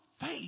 faith